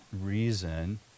reason